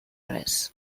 res